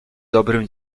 dobrym